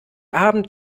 abend